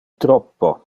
troppo